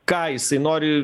ką jisai nori